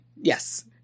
yes